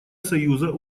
союза